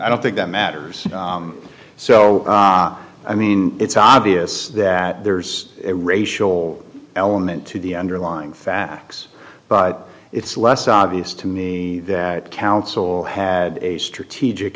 i don't think that matters so i mean it's obvious that there's a racial element to the underlying facts but it's less obvious to me that counsel had a strategic